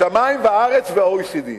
שמים וארץ וה-OECD.